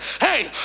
Hey